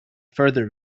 further